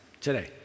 today